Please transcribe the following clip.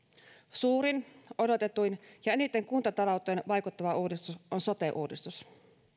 suurin odotetuin ja eniten kuntatalouteen vaikuttava uudistus on sote uudistus